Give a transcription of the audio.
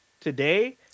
today